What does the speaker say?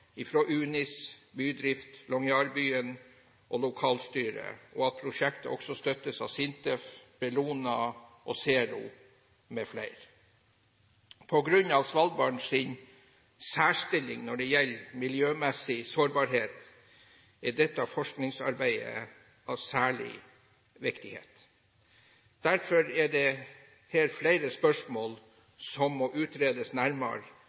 UNIS, Bydrift Longyearbyen og Lokalstyret, og at prosjektet også støttes av SINTEF, Bellona og Zero mfl. På grunn av Svalbards særstilling når det gjelder miljømessig sårbarhet, er dette forskningsarbeidet av særlig viktighet. Derfor er det her flere spørsmål som må utredes nærmere